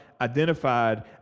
identified